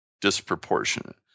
disproportionate